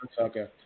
Okay